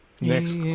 next